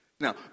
Now